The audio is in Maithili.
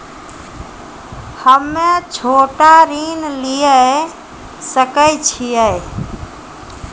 हम्मे छोटा ऋण लिये सकय छियै?